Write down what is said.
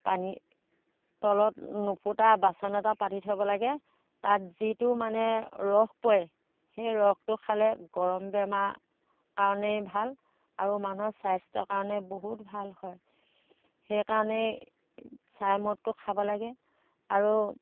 পানীৰ তলত নুফুটা বাচন এটা পাতি থ'ব লাগে তাত যিটো মানে ৰস পৰে সেই ৰসটো খালে গৰম বেমাৰৰ কাৰণে ভাল আৰু মানুহৰ স্বাস্থ্যৰ কাৰণে বহুত ভাল হয় সেই কাৰণেই ছাই মদটো খাব লাগে আৰু